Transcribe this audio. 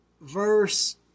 verse